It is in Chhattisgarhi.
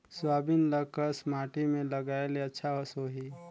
सोयाबीन ल कस माटी मे लगाय ले अच्छा सोही?